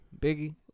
Biggie